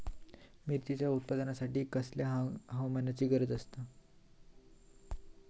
मिरचीच्या उत्पादनासाठी कसल्या हवामानाची गरज आसता?